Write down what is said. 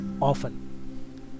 often